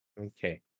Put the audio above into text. okay